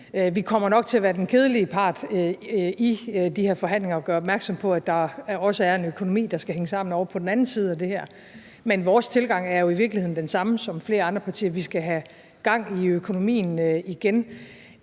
Vi kommer nok til at være den kedelige part i de her forhandlinger og gøre opmærksom på, at der også er en økonomi, der skal hænge sammen ovre på den anden side af det her. Men vores tilgang er jo i virkeligheden den samme som flere andre partiers: Vi skal have gang i økonomien igen.